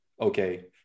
okay